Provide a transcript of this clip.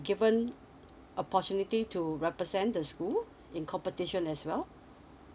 given opportunity to represent the school in competition as well